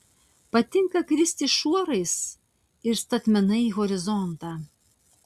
patinka kristi šuorais ir statmenai į horizontą